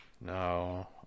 no